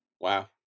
wow